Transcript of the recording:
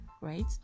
right